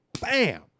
bam